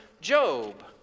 Job